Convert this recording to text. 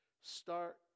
start